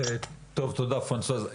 תודה פרנסואז.